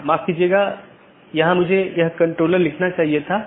एक और बात यह है कि यह एक टाइपो है मतलब यहाँ यह अधिसूचना होनी चाहिए